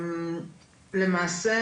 למעשה